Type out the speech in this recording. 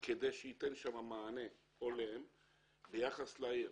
כדי שייתן שם מענה הולם ויחס לעיר,